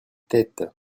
têtes